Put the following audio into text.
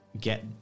get